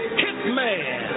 hitman